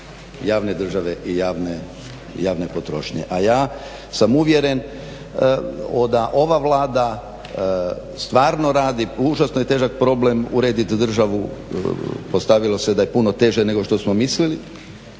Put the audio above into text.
javne države i javne potrošnje. A ja sam uvjeren da ova Vlada stvarno radi, užasno je težak problem uredit državu. Postavilo se da je puno teže nego što smo mislili